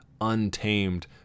untamed